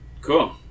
cool